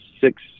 six